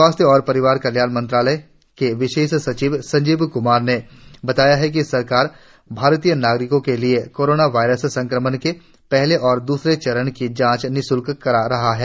स्वास्थ्य और परिवार कल्याण मंत्रालय के विशेष सचिव संजीव क्मार ने बताया कि सरकार भारतीय नागरिकों के लिए कोरोना वायरस संक्रमण के पहले और दूसरे चरण की जांच निश्ल्क करा रही है